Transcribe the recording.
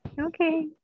Okay